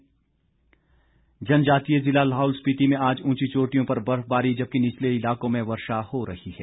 मौसम जनजातीय ज़िला लाहौल स्पीति में आज ऊंची चोटियों पर बर्फबारी जबकि निचले इलाकों में वर्षा हो रही है